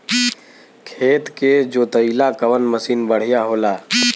खेत के जोतईला कवन मसीन बढ़ियां होला?